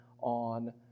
on